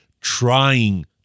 trying